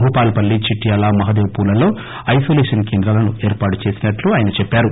Bhupalpally Chityal Mahadevpur లలో isolation కేంద్రాలను ఏర్పాటు చేసినట్లు చెప్పారు